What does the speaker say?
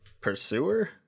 Pursuer